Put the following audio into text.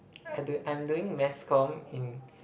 I do I'm doing mass comm in